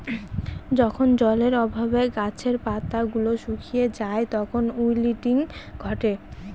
যখন জলের অভাবে গাছের পাতা গুলো শুকিয়ে যায় তখন উইল্টিং ঘটে